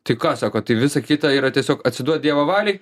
tai ką sako tai visą kitą yra tiesiog atsiduot dievo valiai